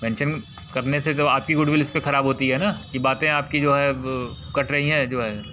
mention करने से जब आपकी गुडविल इसपे खराब होती है ना कि बातें आपकी जो हैं कट रही हैं जो है